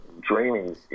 draining